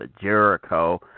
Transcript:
Jericho